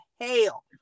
hell